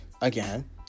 again